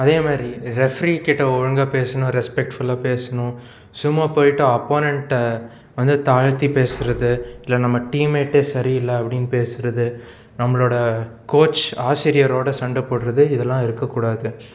அதே மாதிரி ரெஃப்ரி கிட்ட ஒழுங்காக பேசணும் ரெஸ்பெக்ட்ஃபுல்லாக பேசணும் சும்மா போயிட்டால் அப்போனேன்ட வந்து தாழ்த்தி பேசுகிறது இல்லை நம்ம டீம்மெட்டு சரி இல்லை அப்படினு பேசுறது நம்ளோடய கோச் ஆசிரியரோடய சண்டை போடுகிறது இதெல்லாம் இருக்க கூடாது